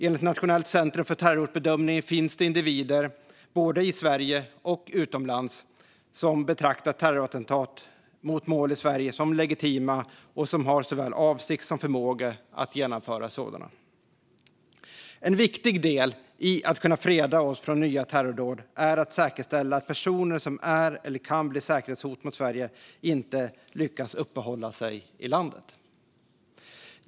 Enligt Nationellt centrum för terrorhotbedömning finns det individer, både i Sverige och utomlands, som betraktar terrorattentat mot mål i Sverige som legitima och som har såväl avsikt som förmåga att genomföra sådana. En viktig del i att kunna freda oss från nya terrordåd är att säkerställa att personer som är eller kan bli ett säkerhetshot mot Sverige inte lyckas uppehålla sig i landet.